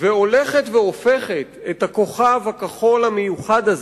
והולכת והופכת את הכוכב הכחול המיוחד הזה,